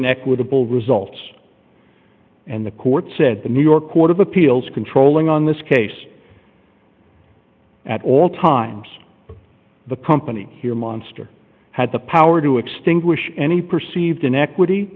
an equitable results and the court said the new york court of appeals controlling on this case at all times the company here monster had the power to extinguish any perceived inequity